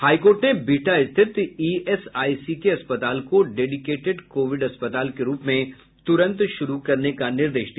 high court ने बिहटा स्थित ESIC के अस्पताल को डेडीकेटेड कोविड अस्पताल के रूप में तुरंत शुरू करने का निर्देश दिया